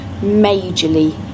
majorly